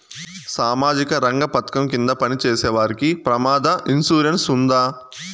సామాజిక రంగ పథకం కింద పని చేసేవారికి ప్రమాద ఇన్సూరెన్సు ఉందా?